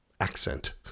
accent